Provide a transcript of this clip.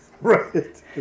Right